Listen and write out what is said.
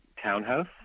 townhouse